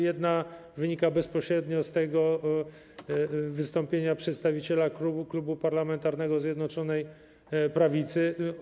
Jedna wynika bezpośrednio z wystąpienia przedstawiciela klubu parlamentarnego Zjednoczonej Prawicy.